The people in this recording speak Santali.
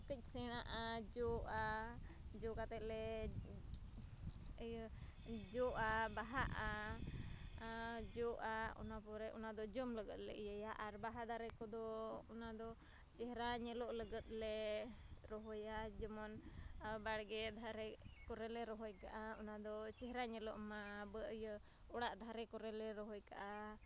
ᱠᱟᱹᱡ ᱥᱮᱬᱟᱜᱼᱟ ᱡᱚᱼᱟ ᱡᱚ ᱠᱟᱛᱮᱫᱞᱮ ᱤᱭᱟᱹ ᱡᱚᱼᱟ ᱵᱟᱦᱟᱜᱼᱟ ᱡᱚᱼᱟ ᱚᱱᱟᱯᱚᱨᱮ ᱚᱱᱟᱫᱚ ᱡᱚᱢ ᱞᱟᱹᱜᱟᱫᱞᱮ ᱤᱭᱟᱹᱭᱟ ᱟᱨ ᱵᱟᱦᱟ ᱫᱟᱨᱮᱠᱚᱫᱚ ᱚᱱᱟᱫᱚ ᱪᱮᱦᱨᱟ ᱧᱮᱞᱚᱜ ᱞᱟᱹᱜᱟᱫᱞᱮ ᱨᱚᱦᱚᱭᱟ ᱡᱮᱢᱚᱱ ᱵᱟᱲᱜᱮ ᱫᱷᱟᱨᱮ ᱠᱚᱨᱮᱞᱮ ᱨᱚᱦᱚᱭᱠᱟᱜᱼᱟ ᱚᱱᱟᱫᱚ ᱪᱮᱦᱨᱟ ᱧᱮᱞᱚᱜ ᱢᱟ ᱤᱭᱟᱹ ᱚᱲᱟᱜ ᱫᱷᱟᱨᱮ ᱠᱚᱨᱮᱞᱮ ᱨᱚᱦᱚᱭᱠᱟᱜᱼᱟ